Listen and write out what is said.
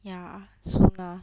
ya soon ah